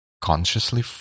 consciously